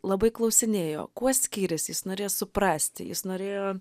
labai klausinėjo kuo skyrėsi jis norėjo suprasti jis norėjo